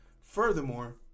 Furthermore